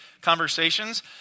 conversations